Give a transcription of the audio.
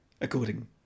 according